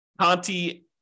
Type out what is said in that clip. Conti